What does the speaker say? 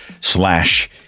slash